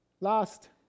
Last